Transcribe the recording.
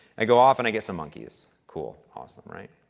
i go off and i get some monkeys. cool, awesome, right?